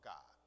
God